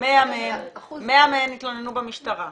100 מהן התלוננו במשטרה.